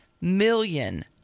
million